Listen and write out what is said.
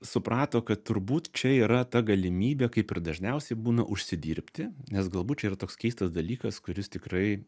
suprato kad turbūt čia yra ta galimybė kaip ir dažniausiai būna užsidirbti nes galbūt čia yra toks keistas dalykas kuris tikrai